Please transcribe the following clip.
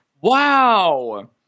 Wow